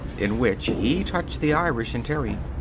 in which he touched the irish in terry.